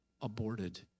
aborted